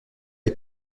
est